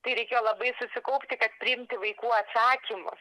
tai reikėjo labai susikaupti kad priimti vaikų atsakymus